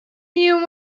new